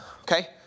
okay